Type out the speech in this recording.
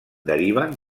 deriven